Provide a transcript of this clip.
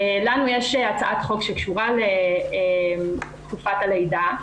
לנו יש הצעת חוק שקשורה לתקופת הלידה,